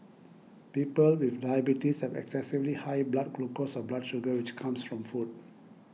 people with diabetes have excessively high blood glucose or blood sugar which comes from food